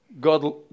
God